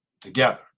together